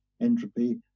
entropy